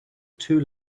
too